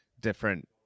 different